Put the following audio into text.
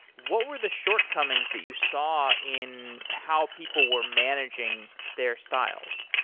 what were the shortcomings that you saw in how people were managing their styles?